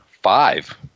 Five